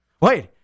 Wait